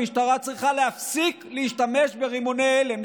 המשטרה צריכה להפסיק להשתמש ברימוני הלם.